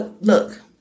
Look